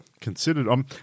considered